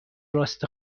راست